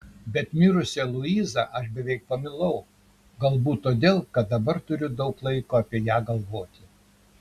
bet mirusią luizą aš beveik pamilau galbūt todėl kad dabar turiu daug laiko apie ją galvoti